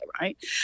right